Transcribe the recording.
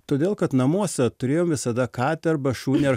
todėl kad namuos turėjom visada katę arba šunį ar